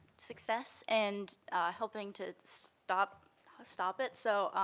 success and helping to stop stop it, so,